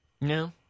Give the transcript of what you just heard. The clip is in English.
No